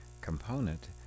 component